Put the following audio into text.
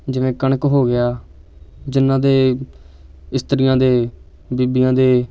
ਜਿਵੇਂ ਕਣਕ ਹੋ ਗਿਆ ਜਿਨ੍ਹਾਂ ਦੇ ਇਸਤਰੀਆਂ ਦੇ ਬੀਬੀਆਂ ਦੇ